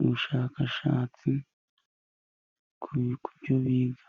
ubushakashatsi kubyo biga.